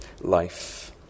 life